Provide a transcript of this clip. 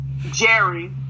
Jerry